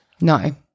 No